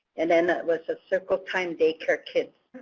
and then that was a circle-time day care kids